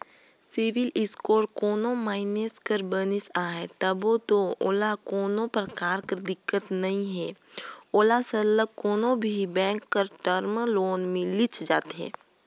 CIBIL score कोनो मइनसे कर बनिस अहे तब दो ओला कोनो परकार कर दिक्कत नी हे ओला सरलग कोनो भी बेंक कर टर्म लोन मिलिच जाथे